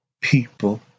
people